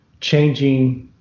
changing